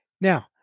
Now